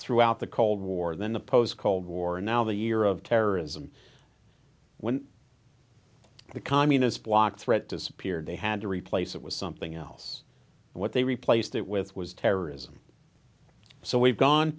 throughout the cold war than the post cold war and now the year of terrorism when the communist bloc threat disappeared they had to replace it with something else what they replaced it with was terrorism so we've gone